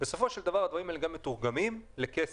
בסופו של דבר הדברים האלה גם מתורגמים לכסף